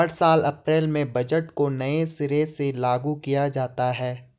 हर साल अप्रैल में बजट को नये सिरे से लागू किया जाता है